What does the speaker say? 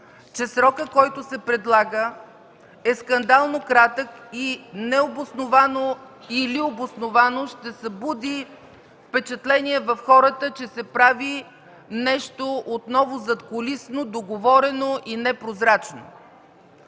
че срокът, който се предлага, е скандално кратък и необосновано или обосновано ще събуди впечатление в хората, че се прави нещо отново задкулисно, договорено и непрозрачно.